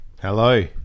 Hello